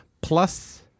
plus